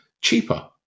cheaper